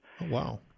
Wow